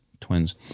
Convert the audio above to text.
twins